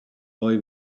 boy